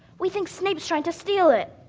we think snape's trying to steal it.